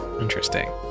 Interesting